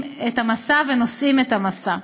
ונושאים את המשא.